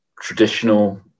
traditional